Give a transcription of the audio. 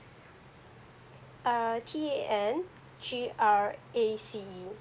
err T A N G R A C E